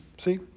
See